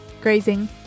Grazing